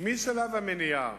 משלב המניעה